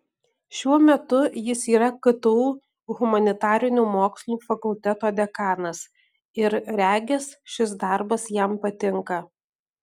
šiuo metu jis yra ktu humanitarinių mokslų fakulteto dekanas ir regis šis darbas jam patinka